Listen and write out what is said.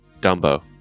Dumbo